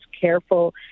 careful